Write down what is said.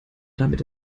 damit